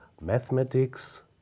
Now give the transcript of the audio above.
mathematics